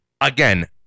again